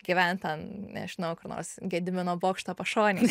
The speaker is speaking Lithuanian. gyvent ten nežinau kur nors gedimino bokšto pašonėj